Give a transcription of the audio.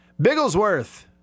Bigglesworth